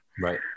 right